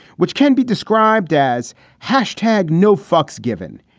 which can be described as hash tag, no fucks given.